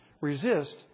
resist